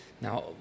Now